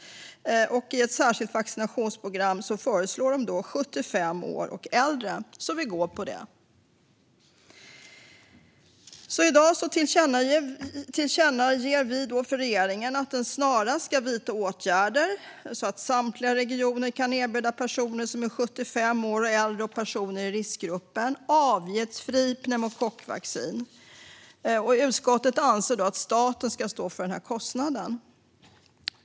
I ett särskilt vaccinationsprogram föreslår de då kostnadsfri vaccinering för 75 år och äldre, så vi går på det. I dag tillkännager vi för regeringen att den snarast ska vidta åtgärder så att samtliga regioner kan erbjuda avgiftsfritt pneumokockvaccin till personer som är 75 år och äldre och personer i riskgrupper. Utskottet anser att staten ska stå för kostnaden.